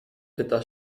pyta